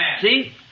see